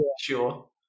sure